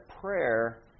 prayer